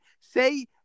say